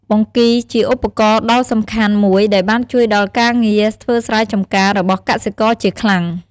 បង្គីជាឧបករណ៍ដល់សំខាន់មួយដែលបានជួយដល់ការងារធ្វើស្រែចម្ការរបស់កសិករជាខ្លាំង។